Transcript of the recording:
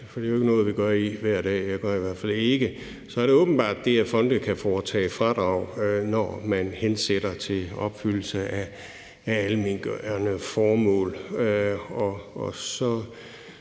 for det er jo ikke noget, vi gør os i hver dag – jeg gør i hvert fald ikke – at fonde kan foretage fradrag, når man hensætter til opfyldelse af almenvelgørende formål.